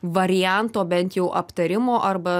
varianto bent jau aptarimo arba